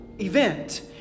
event